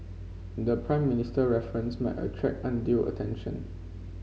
the Prime Minister reference might attract undue attention